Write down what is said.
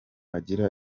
agira